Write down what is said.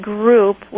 group